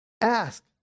Ask